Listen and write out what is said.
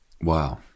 Wow